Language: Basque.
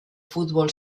futbol